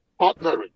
partnering